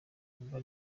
bikorwa